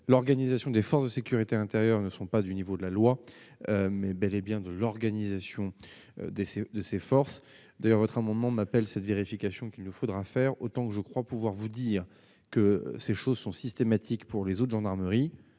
l'organisation des forces de sécurité intérieure ne sont pas du niveau de la loi, mais bel et bien de l'organisation décès de s'forces d'ailleurs votre amendement m'appelle cette vérification qu'il nous faudra faire autant que je crois pouvoir vous dire que ces choses sont systématiques pour les autres, gendarmerie,